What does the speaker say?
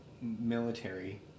military